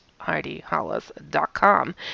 HeidiHollis.com